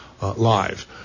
Live